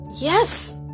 yes